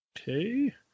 Okay